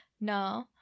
No